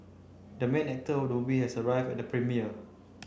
the main actor of the movie has arrived at the premiere